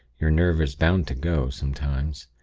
your nerve is bound to go, sometimes.